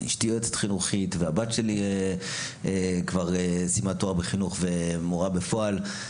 אשתי יועצת חינוכית והבת שלי כבר סיימה תואר בחינוך ומורה בפועל.